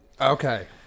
Okay